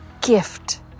gift